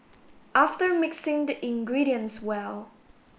after mixing the ingredients well